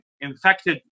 infected